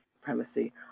supremacy